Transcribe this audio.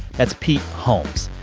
that's pete holmes.